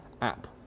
app